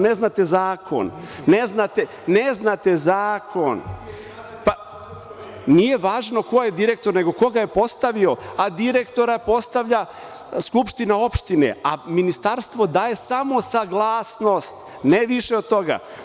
Ne znate zakon. (Miroslav Aleksić, s mesta: Isti je i sada …) Nije važno ko je direktor, nego ko ga je postavio, a direktora postavlja skupština opštine, a Ministarstvo daje samo saglasnost, ne više od toga.